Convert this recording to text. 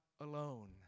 alone